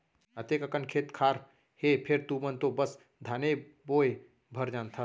अतेक अकन खेत खार हे फेर तुमन तो बस धाने बोय भर जानथा